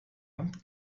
hand